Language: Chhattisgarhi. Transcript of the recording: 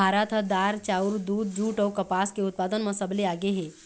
भारत ह दार, चाउर, दूद, जूट अऊ कपास के उत्पादन म सबले आगे हे